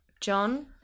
John